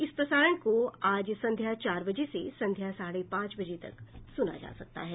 इस प्रसारण को संध्या चार बजे से संध्या साढे पांच बजे तक सुना जा सकता है